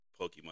Pokemon